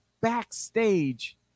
backstage